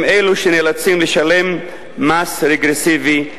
אני אצביע על שני כשלים בסוגיה הזאת.